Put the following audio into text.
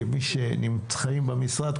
כמי שחיים במשרד,